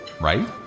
Right